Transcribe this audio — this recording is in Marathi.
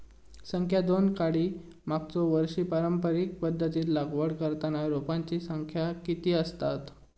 संख्या दोन काडी मागचो वर्षी पारंपरिक पध्दतीत लागवड करताना रोपांची संख्या किती आसतत?